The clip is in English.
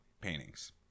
paintings